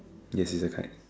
yes it's a kite